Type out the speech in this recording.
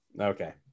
okay